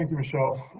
like michelle.